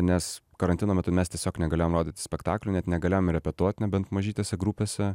nes karantino metu mes tiesiog negalėjom rodyti spektaklių net negalėjom repetuot nebent mažytėse grupėse